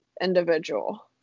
individual